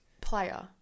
player